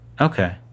Okay